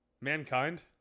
Mankind